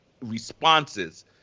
responses